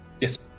yes